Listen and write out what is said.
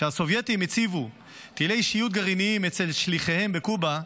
כשהסובייטים הציבו טילי שיוט גרעיניים אצל שליחיהם בקובה,